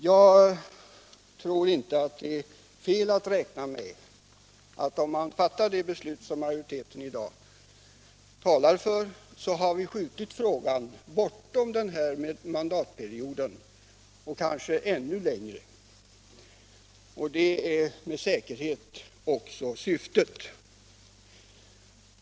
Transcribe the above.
Om riksdagen i dag fattar ett beslut i enlighet med majoritetens förslag, har vi skjutit frågan bortom den här mandatperioden och kanske ännu längre, och det är med säkerhet också syftet.